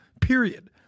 period